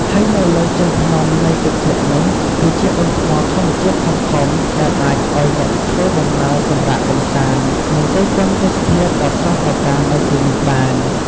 ហើយនៅលើជើងភ្នំនៃទឹកធ្លាក់នោះ គឺជាដុំថ្មធម្មជាតិធំៗដែលអាចឲ្យអ្នកធ្វើដំណើរសម្រាកកំសាន្ដ នឹងគយគន់ទេសភាពដ៏ស្រស់ត្រកាលនៅទីនោះបាន។